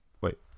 wait